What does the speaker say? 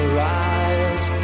rise